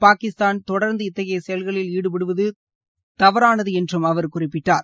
பாகிஸ்தான் தொடர்ந்து இத்தகைய செயல்களில் ஈடுபடுவது தவறானது என்றும் அவர் குறிப்பிட்டார்